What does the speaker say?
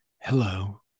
Hello